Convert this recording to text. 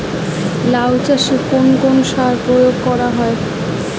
লাউ চাষে কোন কোন সার প্রয়োগ করা হয়?